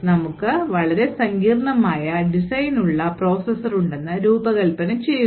നമുക്ക് വളരെ സങ്കീർണ്ണമായ ഡിസൈൻ ഉള്ള പ്രോസസ്സർ ഉണ്ടെന്ന് രൂപകൽപ്പന ചെയ്യുക